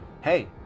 Hey